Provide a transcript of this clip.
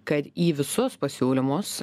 kad į visus pasiūlymus